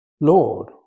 Lord